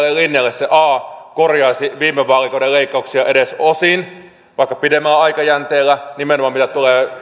se a korjaisi viime vaalikauden leikkauksia edes osin vaikka pidemmällä aikajänteellä nimenomaan mitä tulee